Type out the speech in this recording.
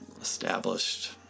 established